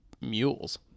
mules